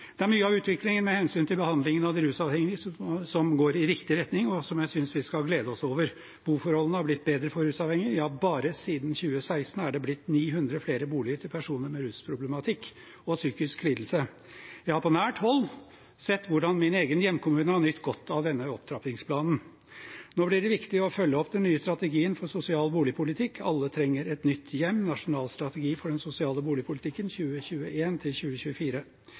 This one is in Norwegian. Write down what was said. Det er mye av utviklingen med hensyn til behandlingen av rusavhengige som går i riktig retning, og som jeg synes vi skal glede oss over. Boforholdene er blitt bedre for rusavhengige. Ja, bare siden 2016 er det blitt 900 flere boliger til personer med rusproblematikk og psykiske lidelser. Jeg har på nært hold sett hvordan min egen hjemkommune har nytt godt av denne opptrappingsplanen. Nå blir det viktig å følge opp den nye strategien med sosial boligpolitikk, «Alle trenger et nytt hjem – nasjonal strategi for